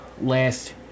last